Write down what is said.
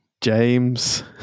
James